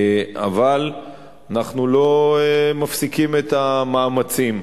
אבל אנחנו לא מפסיקים את המאמצים.